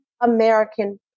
American